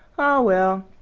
ah, well!